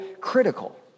critical